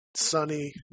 sunny